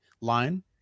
line